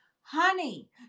Honey